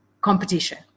competition